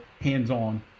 hands-on